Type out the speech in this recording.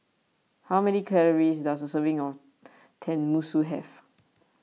how many calories does a serving of Tenmusu have